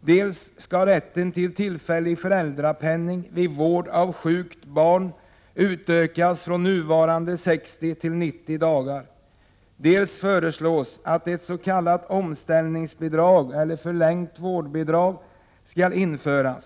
Dels skall rätten till tillfällig föräldrapenning vid vård av sjukt barn utökas från nuvarande 60 till 90 dagar, dels föreslås att ett s.k. omställningsbidrag, eller förlängt vårdbidrag, skall införas.